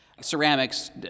Ceramics